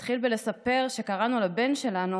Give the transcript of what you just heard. אתחיל בלספר שקראנו לבן שלנו,